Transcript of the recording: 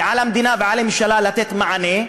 ועל המדינה ועל הממשלה לתת מענה,